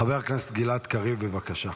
חבר הכנסת גלעד קריב, בבקשה.